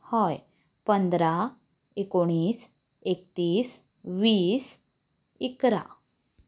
हय पंदरा एकुणीस एकतीस वीस इकरा